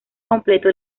completo